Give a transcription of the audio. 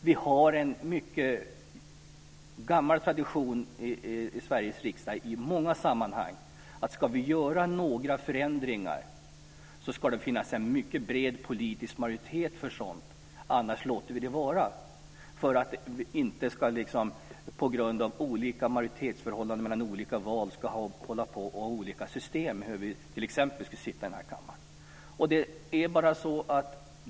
Vi har en mycket gammal tradition i Sveriges riksdag i många sammanhang. Om vi ska göra några förändringar ska det finnas en mycket bred politisk majoritet för dem, annars låter vi det vara. Vi ska inte ha olika system för t.ex. hur vi ska sitta här i kammaren beroende på majoritetsförhållanden mellan olika val.